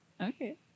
Okay